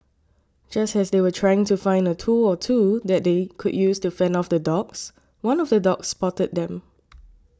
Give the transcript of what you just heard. just as they were trying to find a tool or two that they could use to fend off the dogs one of the dogs spotted them